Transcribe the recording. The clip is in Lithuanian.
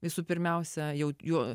visų pirmiausia jau juo